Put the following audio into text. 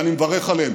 ואני מברך עליהם,